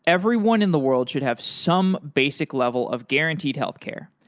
everyone in the world should have some basic level of guaranteed healthcare.